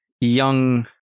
young